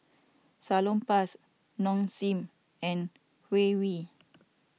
Salonpas Nong Shim and Huawei